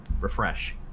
refresh